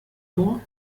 vor